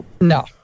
No